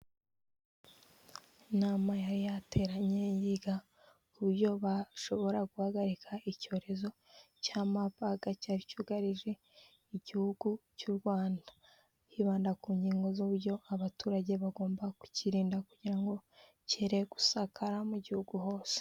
Inama yari yateranye yiga ku buryo bashobora guhagarika icyorezo cya mabaga cyari cyugarije igihugu cy'u Rwanda, bibanda ku ngingo z'uburyo abaturage bagomba kukirinda kugira ngo cyere gusakara mu gihugu hose.